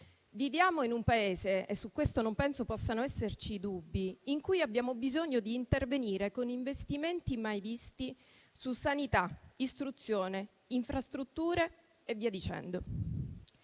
Viviamo in un Paese - e su questo non penso possano esserci dubbi - in cui abbiamo bisogno di intervenire con investimenti mai visti su sanità, istruzione, infrastrutture e via dicendo.